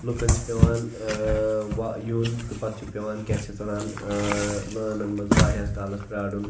لوٗکَن چھِ پیٚوان ٲں وا یُن تہٕ پَتہٕ چھُکھ پیٚوان کیٛاہ چھِ اَتھ وَنان ٲں لٲنَن منٛز واریاہَس کالَس پرٛارُن